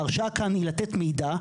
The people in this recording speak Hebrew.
ההרשאה כאן היא לתת מידע,